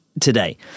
today